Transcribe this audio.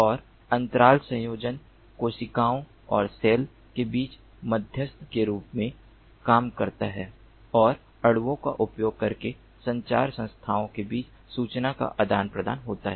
और अंतराल संयोजन कोशिकाओं और सेल के बीच मध्यस्थ के रूप में काम करता है और अणुओं का उपयोग करके संचार संस्थाओं के बीच सूचना का आदान प्रदान होता है